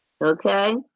Okay